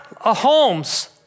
homes